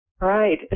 Right